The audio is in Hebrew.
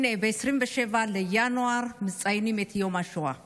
ב-27 בינואר מציינים את יום השואה הבין-לאומי.